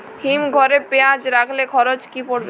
হিম ঘরে পেঁয়াজ রাখলে খরচ কি পড়বে?